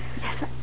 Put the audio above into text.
Yes